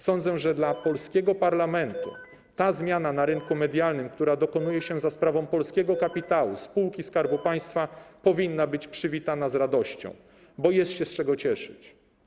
Sądzę, że dla polskiego parlamentu ta zmiana na rynku medialnym, która dokonuje się za sprawą polskiego kapitału, spółki Skarbu Państwa, powinna być przywitana z radością, bo jest się z czego cieszyć.